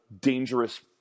dangerous